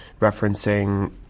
referencing